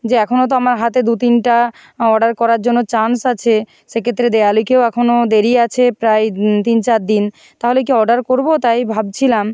যে এখনও তো আমার হাতে দু তিনটা অর্ডার করার জন্য চান্স আছে সেক্ষেত্রে দেওয়ালিতে এখনও দেরি আছে প্রায় তিন চার দিন তাহলে কি অর্ডার করবো তাই ভাবছিলাম